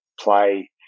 play